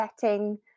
setting